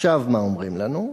עכשיו מה אומרים לנו?